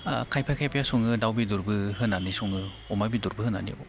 ओ खायफा खायफाया दाउ बेदरबो होनानै सङो अमा बेदरबो होनानै